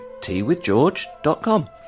teawithgeorge.com